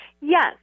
Yes